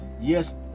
Yes